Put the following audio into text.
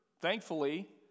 thankfully